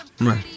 Right